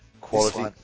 quality